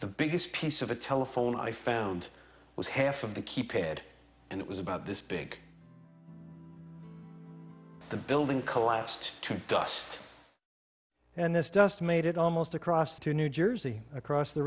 the biggest piece of the telephone i found was half of the keypad and it was about this big the building collapsed to dust and this dust made it almost across to new jersey across the